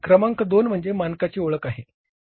क्रमांक दोन म्हणजे मानकांची ओळख आहे